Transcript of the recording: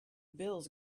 bills